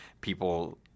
people